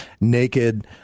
naked